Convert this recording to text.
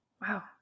Wow